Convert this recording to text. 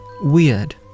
weird